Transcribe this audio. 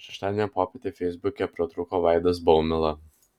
šeštadienio popietę feisbuke pratrūko vaidas baumila